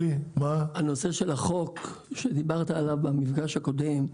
הנושא של החוק, שדיברת עליו במפגש הקודם,